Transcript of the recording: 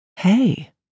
Hey